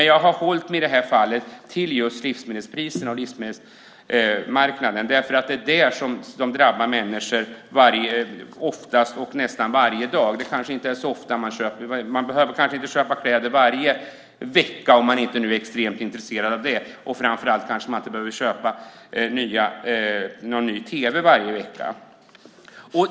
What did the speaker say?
Jag har i det här fallet hållit mig just till livsmedelspriserna och livsmedelsmarknaden, därför att det är de som drabbar människor som drabbar människor oftast och nästan varje dag. Man behöver kanske inte köpa kläder varje vecka om man inte är extremt intresserad av det, och framför allt kanske man inte behöver köpa ny tv varje vecka.